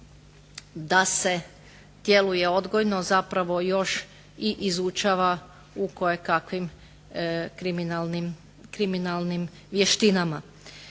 da se djeluje odgojno zapravo još i izučava u kojekakvim kriminalnim vještinama.